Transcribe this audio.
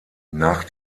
nach